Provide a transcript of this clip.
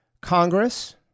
Congress